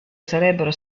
sarebbero